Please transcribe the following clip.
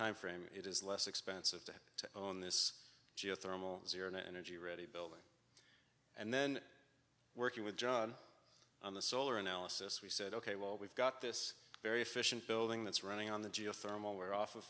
time frame it is less expensive to own this geothermal zero energy ready building and then working with john on the solar analysis we said ok well we've got this very efficient building that's running on the geothermal where off